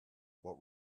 what